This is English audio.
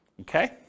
Okay